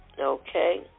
Okay